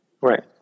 Right